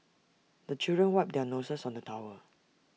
the children wipe their noses on the towel